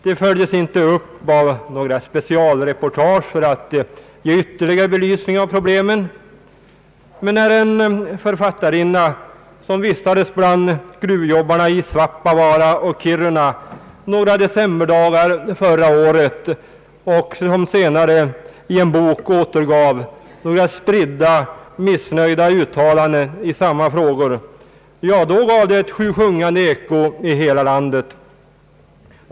De följdes inte upp av några specialreportage för att ge ytterligare belysning av problemen. Men när en författarinna vistades bland gruvarbetarna i Svappavaara och Kiruna några decemberdagar förra året och senare i en bok återgav några spridda uttalanden av missnöje i samma frågor, då gav det ett sjusjungande eko i hela landet.